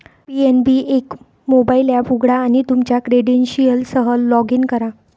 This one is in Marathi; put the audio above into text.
पी.एन.बी एक मोबाइल एप उघडा आणि तुमच्या क्रेडेन्शियल्ससह लॉग इन करा